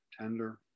tender